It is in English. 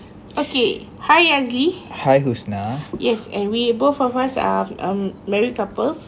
okay hi azli yes and we both of us are um married couple